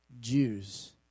Jews